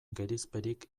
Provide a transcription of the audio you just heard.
gerizperik